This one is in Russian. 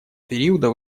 периода